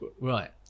Right